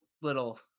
little